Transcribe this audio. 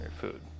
food